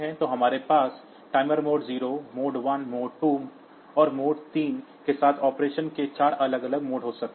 तो हमारे पास timers mode 0 mode 1 mode 2 mode और मोड 3 के साथ ऑपरेशन के 4 अलग अलग मोड हो सकते हैं